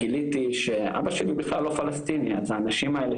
גיליתי שאבא שלי בכלל לא פלסטיני אז האנשים האלה